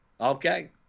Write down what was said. Okay